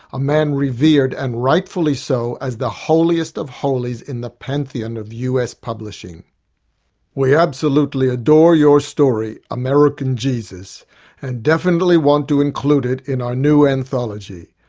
a man revered, and rightfully so, as the holiest of holies in the pantheon of us publishing we absolutely adore your story american jesus and definitely want to include it in our new anthology,